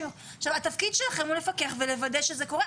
התפקיד שלכם הוא לפקח ולוודא שזה קורה,